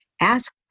Ask